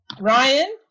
Ryan